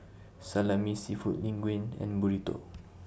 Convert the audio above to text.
Salami Seafood Linguine and Burrito